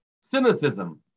cynicism